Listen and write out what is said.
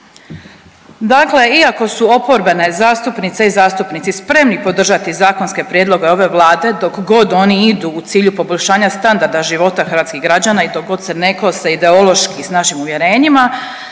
Dakle iako su oporbene zastupnice i zastupnici spremni podržati zakonske prijedloge ove Vlade, dok god oni idu u cilju poboljšanja standarda života hrvatskih građana i dok god se netko sa ideološki s našim uvjerenjima,